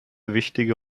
wichtige